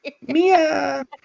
mia